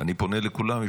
ואני פונה לכולם.